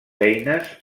eines